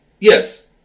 Yes